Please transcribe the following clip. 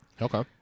Okay